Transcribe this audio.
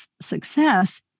success